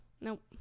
Nope